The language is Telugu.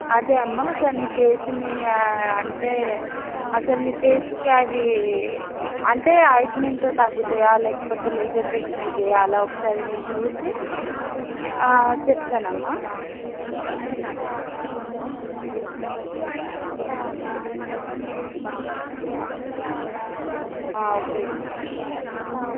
అదే అమ్మ ఒకసారి నీ ఫెసుని అంటే అసలు నీ ఫెసుకి అది అంటే అయింట్మెంటు తగ్గుతాయా లేకపోతే లేజర్ ట్రీట్మెంట్ చేయాల ఒకసారి నేను చూసి చెప్తాను అమ్మ ఓకే అమ్మ